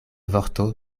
vorto